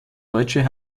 deutsche